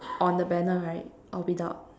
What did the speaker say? on the banner right or without